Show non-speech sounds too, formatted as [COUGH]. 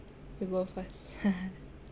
you go first [LAUGHS]